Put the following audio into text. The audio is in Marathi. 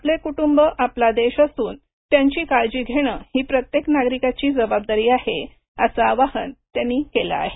आपले कुटुंब आपला देश असून त्यांची काळजी घेण ही प्रत्येक नागरिकाची जबाबदारी आहे असं आवाहन त्यांनी केलं आहे